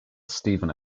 steven